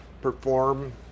perform